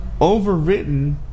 overwritten